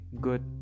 good